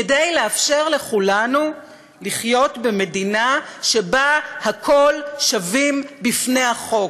כדי לאפשר לכולנו לחיות במדינה שבה הכול שווים בפני החוק.